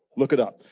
look it up.